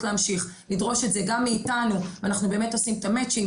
להמשיך לדרוש את זה גם מאתנו ואנחנו באמת עושים את ההתאמה.